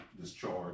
discharge